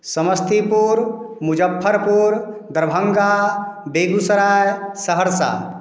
Samastipur Muzaffarpur Darbhanga Begusarai Saharsa